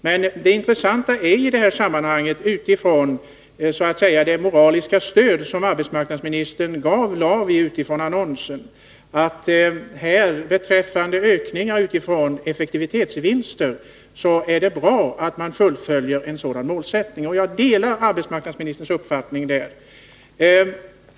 Men det intressanta i det här sammanhanget är det moraliska stöd som arbetsmarknadsministern gav LAVI med anledning av annonsen -— att det är bra att man fullföljer den målsättning som innebär ökning av antalet anställda och effektivitetsvinster. Jag delar arbetsmarknadsministerns uppfattning därvidlag.